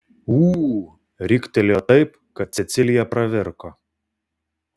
ū riktelėjo taip kad cecilija pravirko